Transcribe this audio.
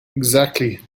exactly